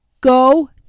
go